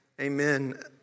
Amen